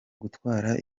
gutwara